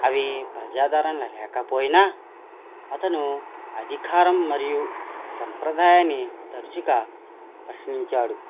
అవి ప్రజాదారణలో లేకపోయినా అతను అధికారం మరియు సంప్రదాయాన్ని తరచుగా ప్రశ్నించాడు